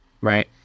right